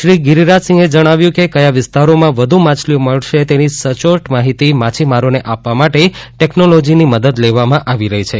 શ્રી ગિરિરાજ સિંઘે જણાવ્યું કે ક્યાં વિસ્તારોમાં વધુ માછલીઓ મળશે તેની સચોટ માહિતી માછીમારોને આપવા માટે ટકનોલોજીની મદદ લેવામાં આવી રહી છે